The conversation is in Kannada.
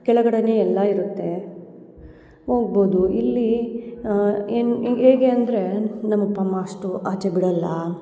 ಕೆಳಗಡೆಯೇ ಎಲ್ಲ ಇರುತ್ತೆ ಹೋಗ್ಬೋದು ಇಲ್ಲಿ ಏನು ಹೇಗೆ ಅಂದರೆ ನಮ್ಮ ಅಪ್ಪ ಅಮ್ಮ ಅಷ್ಟು ಆಚೆ ಬಿಡಲ್ಲ